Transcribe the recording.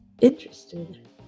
interested